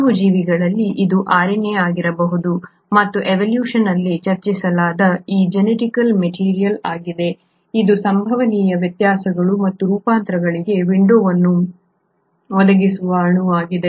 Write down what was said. ಕೆಲವು ಜೀವಿಗಳಲ್ಲಿ ಇದು RNA ಆಗಿರಬಹುದು ಮತ್ತು ಎವೊಲ್ಯೂಶನ್ ಅಲ್ಲಿ ಚರ್ಚಿಸಲಾದ ಈ ಜೆನೆಟಿಕ್ ಮೆಟೀರಿಯಲ್ ಆಗಿದೆ ಇದು ಸಂಭವನೀಯ ವ್ಯತ್ಯಾಸಗಳು ಮತ್ತು ರೂಪಾಂತರಗಳಿಗೆ ವಿಂಡೋವನ್ನು ಒದಗಿಸುವ ಅಣುವಾಗಿದೆ